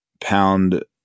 pound